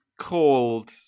called